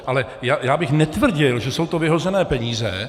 Ale já bych netvrdil, že jsou to vyhozené peníze.